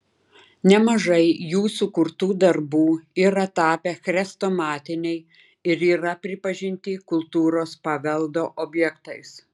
nemažai jų sukurtų darbų yra tapę chrestomatiniai ir yra pripažinti kultūros paveldo objektais